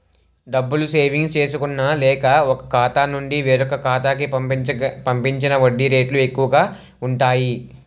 డబ్బులు సేవింగ్స్ చేసుకున్న లేక, ఒక ఖాతా నుండి వేరొక ఖాతా కి పంపించిన వడ్డీ రేట్లు ఎక్కువు గా ఉంటాయి